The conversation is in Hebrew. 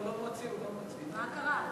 מה קרה?